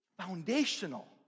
foundational